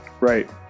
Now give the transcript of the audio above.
Right